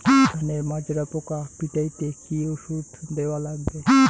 ধানের মাজরা পোকা পিটাইতে কি ওষুধ দেওয়া লাগবে?